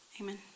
Amen